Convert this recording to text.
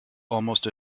almost